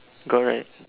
got right